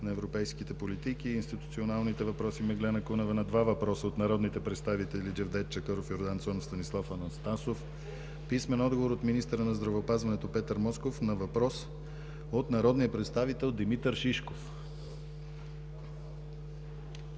на европейските политики и институционалните въпроси Меглена Кунева на два въпроса от народните представители Джевдет Чакъров, Йордан Цонев и Станислав Анастасов; - писмен отговор от министъра на здравеопазването Петър Москов на въпрос от народния представител Димитър Шишков;